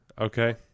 Okay